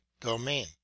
domain